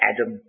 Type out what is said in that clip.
Adam